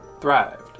thrived